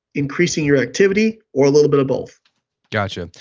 increasing your activity, or a little bit of both got you.